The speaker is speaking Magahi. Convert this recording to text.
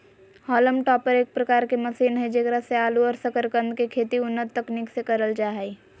हॉलम टॉपर एक प्रकार के मशीन हई जेकरा से आलू और सकरकंद के खेती उन्नत तकनीक से करल जा हई